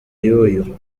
yuyu